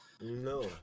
no